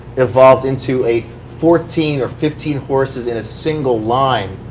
evolved into a fourteen or fifteen horses in a single line,